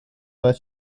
but